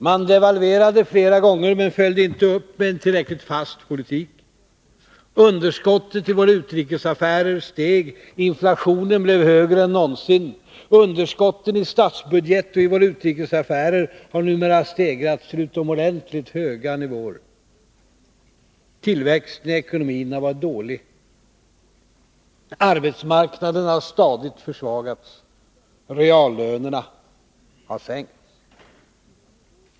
Man devalverade flera gånger men följde inte upp med en tillräckligt fast politik. Underskottet i våra utrikesaffärer steg. Inflationen blev högre än någonsin. Underskotten i statsbudget och i våra utrikesaffärer har numera stegrats till utomordentligt höga nivåer. Tillväxten i ekonomin har varit dålig. Arbetsmarknaden har stadigt försvagats. Reallönerna har sänkts.